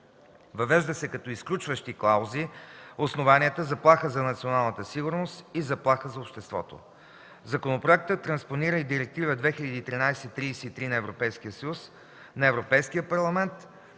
Въвеждат се като изключващи клаузи основанието „заплаха за националната сигурност” и „заплаха за обществото”. Законопроектът транспонира и Директива 2013/33/ЕС на Европейския парламент